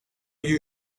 you